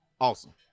Awesome